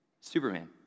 Superman